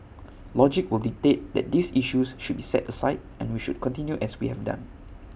logic will dictate that these issues should be set aside and we should continue as we have done